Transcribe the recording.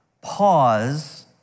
pause